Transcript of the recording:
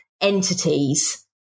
entities